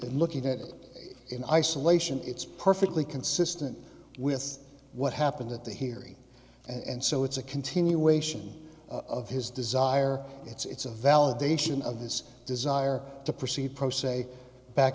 but looking at it in isolation it's perfectly consistent with what happened at the hearing and so it's a continuation of his desire it's a validation of his desire to proceed pro se back